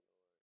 Lord